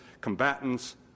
combatants